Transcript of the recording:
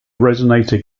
resonator